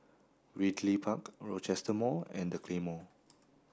Ridley Park Rochester Mall and The Claymore